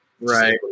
right